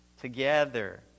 together